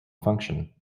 function